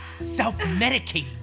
self-medicating